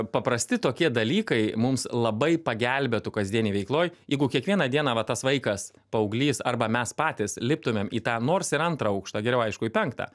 paprasti tokie dalykai mums labai pagelbėtų kasdienėj veikloj jeigu kiekvieną dieną va tas vaikas paauglys arba mes patys liptumėm į tą nors ir antrą aukštą geriau aišku į penktą